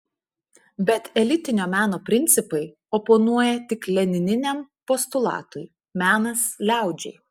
bet elitinio meno principai oponuoja tik lenininiam postulatui menas liaudžiai